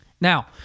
Now